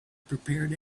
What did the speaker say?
prepared